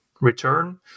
return